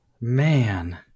Man